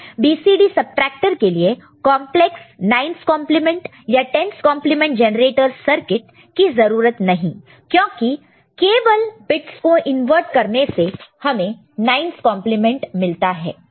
BCD subtractor के लिए complex 9's complement या 10's कंप्लीमेंट जेनरेटर सर्किट की जरूरत नहीं क्योंकि केवल बिट्स को इन्वॅःट करने से हमें 9's कंप्लीमेंट मिलता है